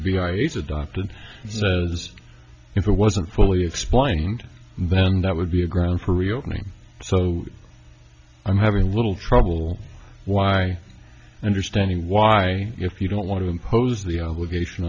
biharis adopted as if it wasn't fully explained then that would be a ground for reopening so i'm having a little trouble why understanding why if you don't want to impose the obligation